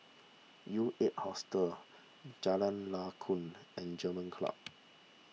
U eight Hostel Jalan Lakum and German Club